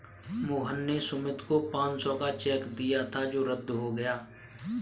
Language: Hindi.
मोहन ने सुमित को पाँच सौ का चेक दिया था जो रद्द हो गया